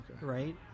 right